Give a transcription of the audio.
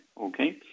okay